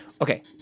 Okay